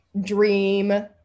dream